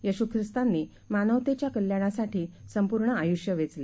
येशूख्रिस्तांनीमानवतेच्याकल्याणासाठीसंपूर्णआयुष्यवेचले